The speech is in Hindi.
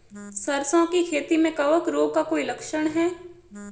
सरसों की खेती में कवक रोग का कोई लक्षण है?